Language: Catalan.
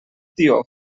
tió